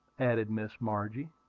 added miss margie.